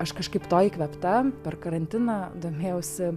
aš kažkaip to įkvėpta per karantiną domėjausi